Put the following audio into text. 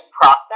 process